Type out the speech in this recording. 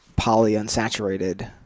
polyunsaturated